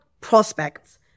prospects